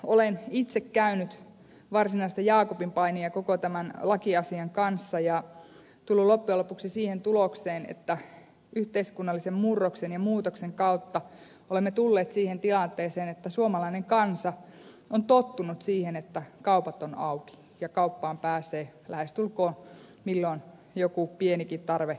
olen itse käynyt varsinaista jaakobinpainia koko tämän lakiasian kanssa ja tullut loppujen lopuksi siihen tulokseen että yhteiskunnallisen murroksen ja muutoksen kautta olemme tulleet siihen tilanteeseen että suomalainen kansa on tottunut siihen että kaupat ovat auki ja kauppaan pääsee lähestulkoon aina kun joku pienikin tarve ilmenee